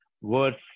words